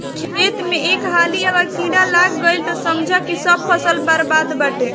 खेत में एक हाली अगर कीड़ा लाग गईल तअ समझअ की सब फसल बरबादे बाटे